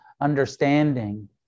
understanding